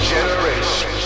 Generation